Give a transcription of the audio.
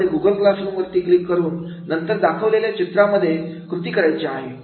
यामध्ये Google classroom वरती click करून नंतर दाखवलेल्या चित्राप्रमाणे कृती करायची आहे